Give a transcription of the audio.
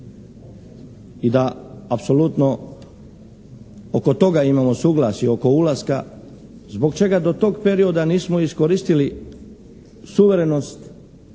i da apsolutno oko toga imamo suglasje, oko ulaska. Zbog čega do tog perioda nismo iskoristili suverenost